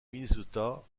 minnesota